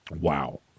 Wow